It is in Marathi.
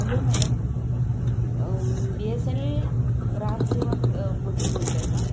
hello madam B S N L ग्राहक ससेवा क मधून बोलताय का